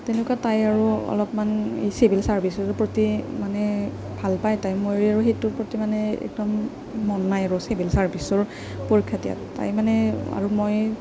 তেনেকুৱা তাই আৰু অলপমান চিভিল ছাৰ্ভিচৰ প্ৰতি মানে ভাল পায় তাই মই আৰু সেইটোৰ প্ৰতি মানে একদম মন নাই আৰু চিভিল ছাৰ্ভিচৰ পৰীক্ষা দিয়াত তাই মানে আৰু মই